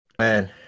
man